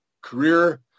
career